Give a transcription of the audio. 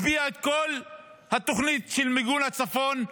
הקפיאה את כל התוכנית של מיגון הצפון,